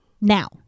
Now